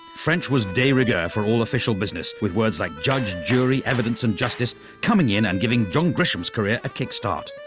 french was de rigueur for all official business, with words like judge jury evidence and justice, coming in and giving john grisham's career a kick start.